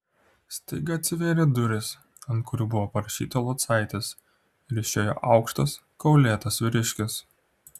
staiga atsivėrė durys ant kurių buvo parašyta locaitis ir išėjo aukštas kaulėtas vyriškis